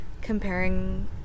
comparing